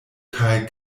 kaj